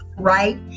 Right